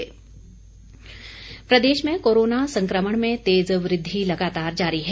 Himachal corona Pradesh में corona संक्रमण में तेज़ वृद्धि लगातार जारी है